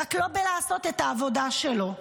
רק לא בלעשות את העבודה שלו.